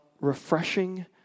refreshing